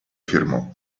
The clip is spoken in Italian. firmò